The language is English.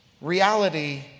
reality